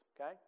okay